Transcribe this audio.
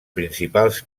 principals